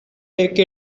take